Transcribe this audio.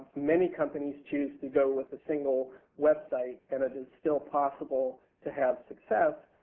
many companies choose to go with a single website and it is still possible to have success,